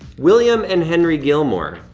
william and henry gilmore.